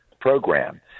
program